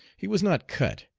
he was not cut,